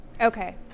Okay